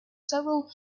several